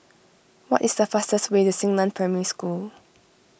what is the fastest way to Xingnan Primary School